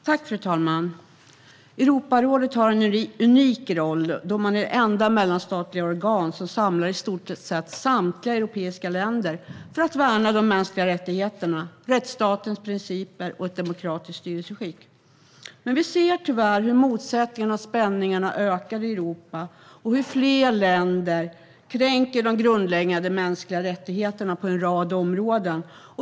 Fru talman! Europarådet har en unik roll då man är det enda mellanstatliga organ som samlar i stort sett samtliga europeiska länder för att värna de mänskliga rättigheterna, rättsstatens principer och ett demokratiskt styrelseskick. Men vi ser tyvärr hur motsättningarna och spänningarna ökar i Europa och hur fler länder kränker de grundläggande mänskliga rättigheterna på en rad områden.